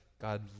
God